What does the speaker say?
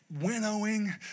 winnowing